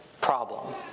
problem